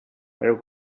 merry